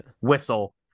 Whistle